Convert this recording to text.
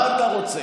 מה אתה רוצה,